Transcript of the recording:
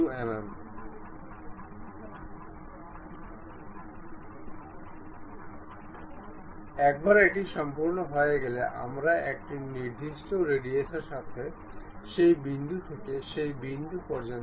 সুতরাং এখন এই মুখটি সর্বদা এই মুখের সাথে পারপেন্ডিকুলার